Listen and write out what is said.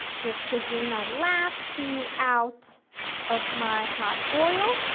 just taking the last few out of my hot oil,